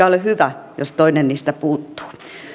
ole hyvä jos toinen niistä puuttuu